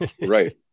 right